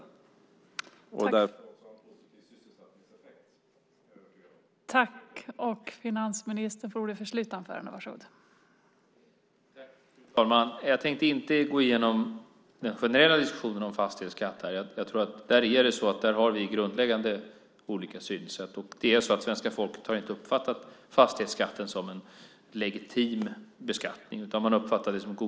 Jag är övertygad om att det även får en positiv sysselsättningseffekt.